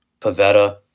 Pavetta